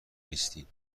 نیستین